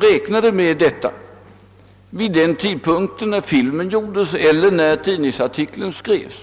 räknade med detta vid den tidpunkt när filmen spelades in eller när tidningsartikeln skrevs.